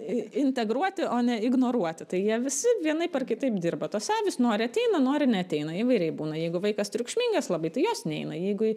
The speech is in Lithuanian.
integruoti o ne ignoruoti tai jie visi vienaip ar kitaip dirba tos avys nori ateina nori neateina įvairiai būna jeigu vaikas triukšmingas labai tai jos neina jeigu